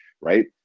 right